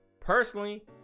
personally